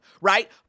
right